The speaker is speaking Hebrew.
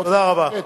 תודה רבה.